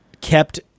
kept